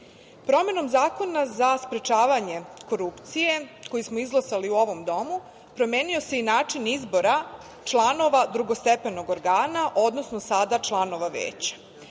zakonu. Promenom Zakona za sprečavanje korupcije, koji smo izglasali u ovom domu, promenio se i način izbora članova drugostepenog organa, odnosno sada članova Veća. Ovo